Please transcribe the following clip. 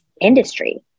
industry